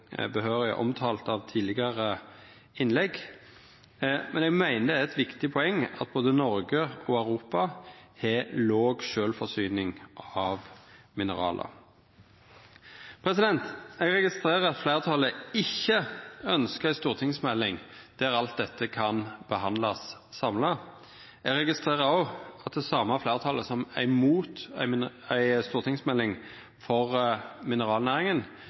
tidlegare innlegg. Men eg meiner det er eit viktig poeng at både Noreg og Europa har låg sjølvforsyning av mineral. Eg registrerer at fleirtalet ikkje ønskjer ei stortingsmelding der alt dette kan behandlast samla. Eg registrerer òg at det same fleirtalet som er imot ei stortingsmelding for mineralnæringa, for berre kort tid sidan hylla betydinga av ei eiga stortingsmelding for